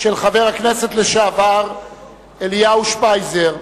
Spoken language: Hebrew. של חבר הכנסת לשעבר אליהו שפייזר,